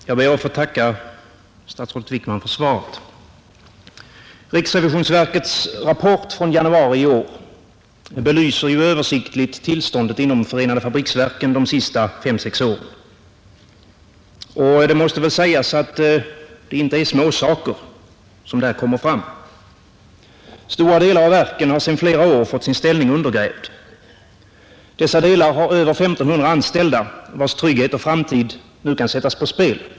Herr talman! Jag ber att få tacka statsrådet Wickman för svaret. Riksrevisionsverkets rapport från januari i år belyser översiktligt tillståndet inom förenade fabriksverken de senaste fem, sex åren. Och det måste sägas, att det inte är småsaker som där kommer fram. Stora delar av verken har sedan flera år fått sin ställning undergrävd. Dessa delar har över 1 500 anställda vilkas trygghet och framtid kan sättas på spel.